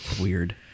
Weird